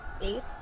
eight